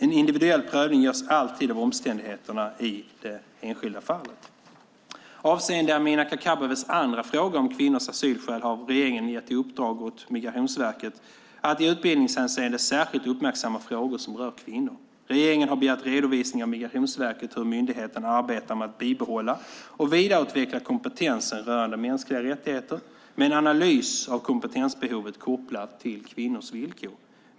En individuell prövning görs alltid av omständigheterna i det enskilda fallet. Avseende Amineh Kakabavehs andra fråga om kvinnors asylskäl har regeringen gett i uppdrag åt Migrationsverket att i utbildningshänseende särskilt uppmärksamma frågor som rör kvinnor. Regeringen har begärt redovisning av Migrationsverket hur myndigheten arbetar med att bibehålla och vidareutveckla kompetensen rörande mänskliga rättigheter med en analys av kompetensbehovet kopplat till kvinnors villkor.